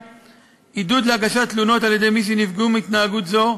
עידוד הגשת תלונות על-ידי מי שנפגעו מהתנהגות זו,